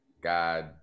God